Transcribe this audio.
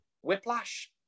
Whiplash